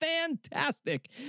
fantastic